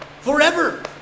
forever